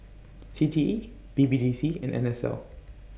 C T E B B D C and N S L